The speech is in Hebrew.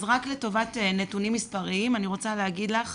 אז לטובת נתונים מספריים, אני רוצה להגיד לך,